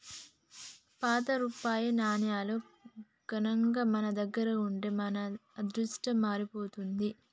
పాత రూపాయి నాణేలు గనక మన దగ్గర ఉంటే మన అదృష్టం మారిపోతాది